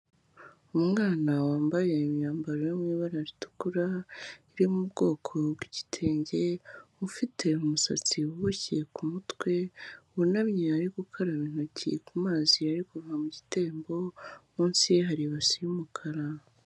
Umwana wambaye imyambaro yo mu ibara ritukura, iri mu bwoko bw'igitenge, ufite umusatsi uboshye ku mutwe, wunamye ari gukaraba intoki ku mazi ari kuva mu gitembo, munsi ye hari ibase y'umukara.